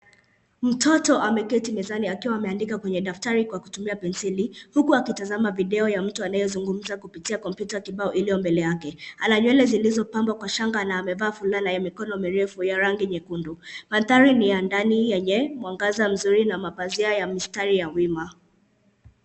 Mtoto ameketi mezani akiwa ameandika kwenye daftari kwa kutumia penseli huku akitazama video ya mtu anayezungumza kupitia kompyuta kibao iliyo mbele yake. Ana nywele zilizopambwa kwa shanga na amevaa fulana mikono mirefu ya rangi nyekundu. Mandhari ni ya ndani yenye mwangaza mzuri na mapazia ya mistari ya wima.